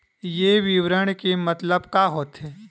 ये विवरण के मतलब का होथे?